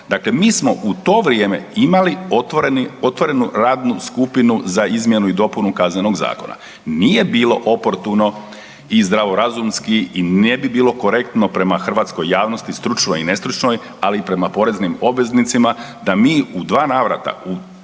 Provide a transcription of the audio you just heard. dakle mi smo u to vrijeme imali otvorenu radnu skupinu za izmjenu i dopunu Kaznenog zakona. Nije bilo oportuno i zdravorazumski i ne bi bilo korektno prema hrvatskoj javnosti, stručnoj i nestručnoj, ali i prema poreznim obveznicima da mi u dva navrata u